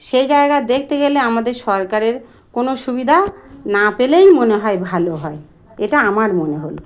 সেই জায়গা দেখতে গেলে আমাদের সরকারের কোনো সুবিধা না পেলেই মনে হয় ভালো হয় এটা আমার মনে হল